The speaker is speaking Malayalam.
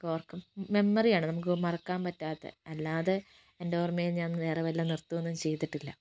ഓർക്കുമ്പോൾ മെമ്മറിയാണ് നമുക്ക് മറക്കാൻ പറ്റാത്ത അല്ലാതെ എൻ്റെ ഓർമയിൽ ഞാൻ വേറെ വല്ല നൃത്തമൊന്നും ചെയ്തിട്ടില്ല